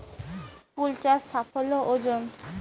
ফুল চাষ সাফল্য অর্জন?